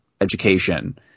education